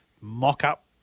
mock-up